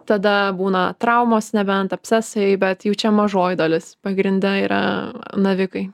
tada būna traumos nebent abscesai bet jau čia mažoji dalis pagrinde yra navikai